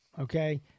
Okay